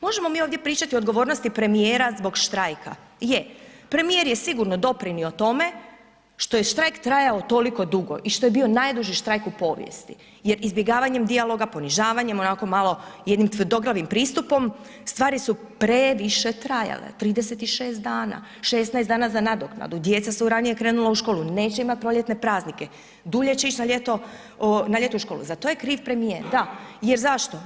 Možemo mi ovdje pričati o odgovornosti premijera zbog štrajka, je premijer je sigurno doprinio tome što je štrajk trajao toliko dugo i što je bio najduži štrajk u povijesti jer izbjegavanjem dijaloga, ponižavanjem, onako malo jednim tvrdoglavim pristupom stvari su previše trajale, 36 dana, 16 dana za nadoknadu, djeca su ranije krenula u školu, neće imat proljetne praznike, dulje će ić na ljeto, na ljeto u školu, za to je kriv premijer, da, jer zašto?